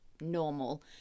normal